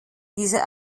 dieser